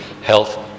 health